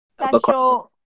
special